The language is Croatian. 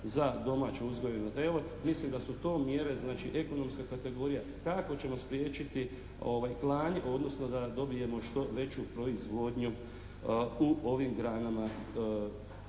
ne razumije./… Mislim da su to mjere znači ekonomska kategorija kako ćemo spriječiti klanje odnosno da dobijemo što veću proizvodnju u ovim granama